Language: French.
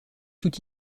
tout